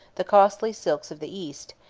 the costly silks of the east,